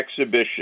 exhibition